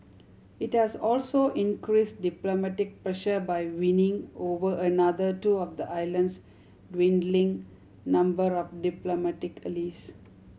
it has also increased diplomatic pressure by winning over another two of the island's dwindling number of diplomatic